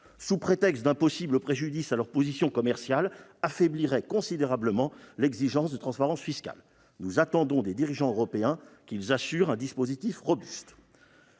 sous prétexte d'un possible préjudice à leur position commerciale, affaiblirait considérablement l'exigence de transparence fiscale. Nous attendons des dirigeants européens qu'ils assurent un dispositif robuste.